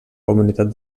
comunitat